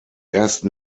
ersten